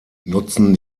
nutzen